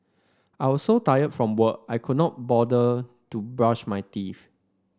I was so tired from work I could not bother to brush my teeth